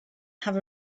have